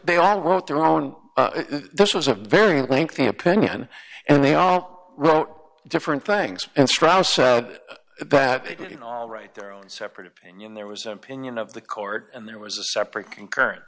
they all want their own this was a very lengthy opinion and they all wrote different things and strauss that you all write their own separate opinion there was opinion of the court and there was a separate concurrence